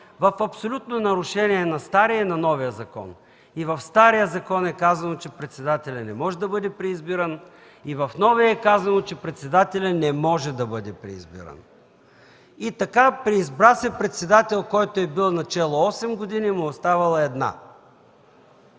в абсолютно нарушение на стария и на новия закон. И в стария закон е казано, че председателят не може да бъде преизбиран, и в новия е казано, че председателят не може да бъде преизбиран. И така, преизбра се председател, който е бил начело осем години и му оставала една.